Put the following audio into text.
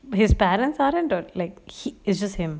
but his parents are into is is just him